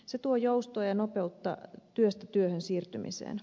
se tuo joustoa ja nopeuttaa työstä työhön siirtymistä